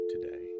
today